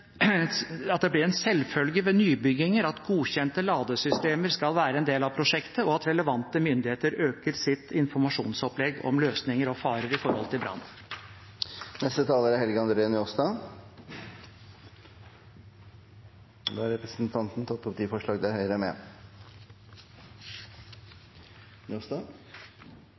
en selvfølge ved nybygging at godkjente ladesystemer skal være en del av prosjektet, og at relevante myndigheter øker sitt informasjonsopplegg om løsninger og farer knyttet til brann.